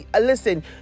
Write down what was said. Listen